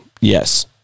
Yes